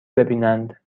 ببینند